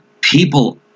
people